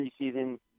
preseason